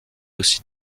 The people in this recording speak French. aussi